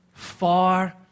far